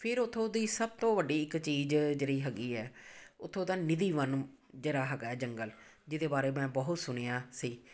ਫਿਰ ਉੱਥੋਂ ਦੀ ਸਭ ਤੋਂ ਵੱਡੀ ਇੱਕ ਚੀਜ਼ ਜਿਹੜੀ ਹੈਗੀ ਹੈ ਉੱਥੋਂ ਦਾ ਨਿਧੀ ਵਨ ਜਿਹੜਾ ਹੈਗਾ ਜੰਗਲ ਜਿਹਦੇ ਬਾਰੇ ਮੈਂ ਬਹੁਤ ਸੁਣਿਆ ਸੀ